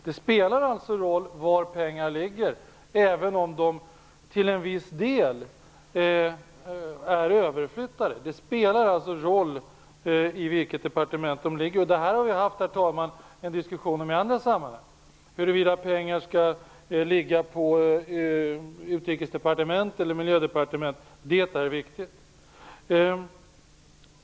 Det spelar alltså en roll var pengar ligger, även om de till viss del är överflyttade. Det spelar en roll i vilket departement de ligger. Vi har haft en diskussion om detta i andra sammanhang, herr talman, huruvida pengar skall ligga på Utrikesdepartementet eller Miljödepartementet. Det är viktigt.